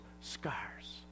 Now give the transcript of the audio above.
scars